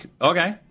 Okay